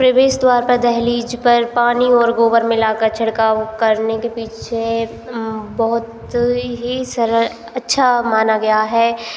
प्रवेश द्वार पर दहलीज़ पर पानी और गोबर मिलाकर छिड़काव करने के पीछे बहुत ही सरल अच्छा माना गया है